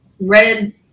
red